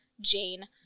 Jane